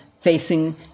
facing